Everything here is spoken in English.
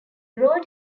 road